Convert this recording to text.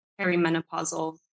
perimenopausal